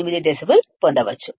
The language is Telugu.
8 డెసిబెల్ పొందవచ్చు